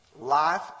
life